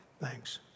Thanks